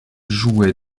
jouait